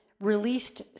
released